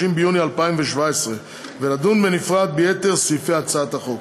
30 ביוני 2017, ולדון בנפרד ביתר סעיפי הצעת החוק.